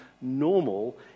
normal